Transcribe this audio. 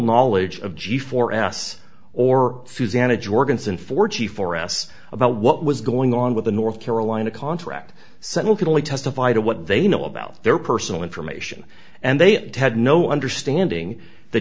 knowledge of g four s or susanna jorgensen forty four s about what was going on with the north carolina contract so one can only testify to what they know about their personal information and they had no understanding the